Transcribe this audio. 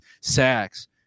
sacks